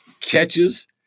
catches